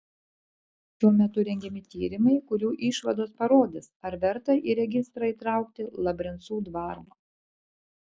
šiuo metu rengiami tyrimai kurių išvados parodys ar verta į registrą įtraukti labrencų dvarą